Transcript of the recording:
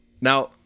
Now